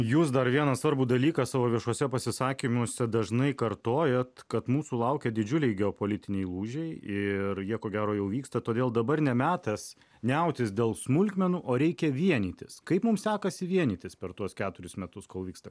jūs dar vieną svarbų dalyką savo viešuose pasisakymuose dažnai kartojat kad mūsų laukia didžiuliai geopolitiniai lūžiai ir jie ko gero jau vyksta todėl dabar ne metas niautis dėl smulkmenų o reikia vienytis kaip mum sekasi vienytis per tuos keturis metus kol vyksta